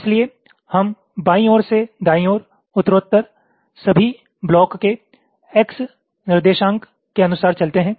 इसलिए हम बाईं ओर से दाईं ओर उत्तरोत्तर सभी ब्लॉक के X निर्देशांक के अनुसार चलते हैं